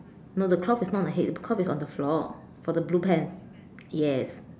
no the cloth is not on the head the cloth is on the floor for the blue pants yes